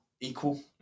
equal